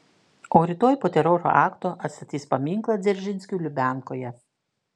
o rytoj po teroro akto atstatys paminklą dzeržinskiui lubiankoje